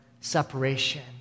separation